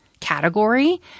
category